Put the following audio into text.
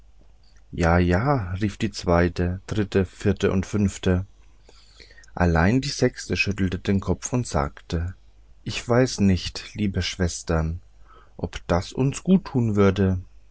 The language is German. ja ja riefen die zweite dritte vierte und fünfte allein die sechste schüttelte den kopf und sagte ich weiß nicht liebe schwestern ob das uns guttun würde